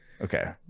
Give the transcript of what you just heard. Okay